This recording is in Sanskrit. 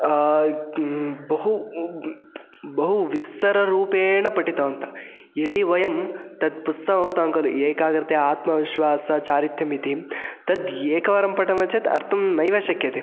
बहु बहुविस्तररूपेण पठितवन्तः यदि वयं तत् पुस्तकं उक्तवान् खलु एकाग्रते आत्मविश्वास चारित्र्यमिति तत् एकवारं पठामः चेत् अर्थं नैव शक्यते